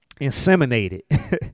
inseminated